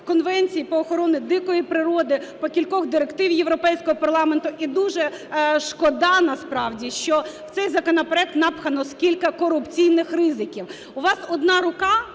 конвенції по охорони дикої природи, по кількох директивах Європейського парламенту. І дуже шкода насправді, що в цей законопроект напхано стільки корупційних ризиків. У вас одна рука